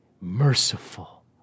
merciful